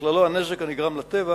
ובכללו הנזק הנגרם לטבע,